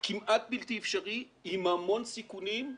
כמעט בלתי אפשרי עם המון סיכונים.